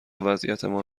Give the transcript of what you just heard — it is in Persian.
وضعیتمان